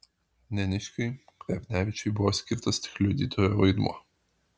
neniškiui krevnevičiui buvo skirtas tik liudytojo vaidmuo